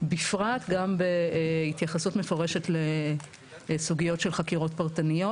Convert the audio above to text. בפרט גם בהתייחסות מפורשת לסוגיות של חקירות פרטניות.